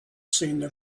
seemed